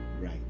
right